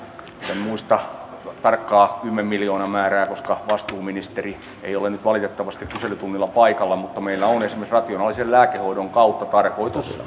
en muista tarkkaa kymmenmiljoonamäärää koska vastuuministeri ei ole valitettavasti nyt kyselytunnilla paikalla esimerkiksi rationaalisen lääkehoidon kautta tarkoitus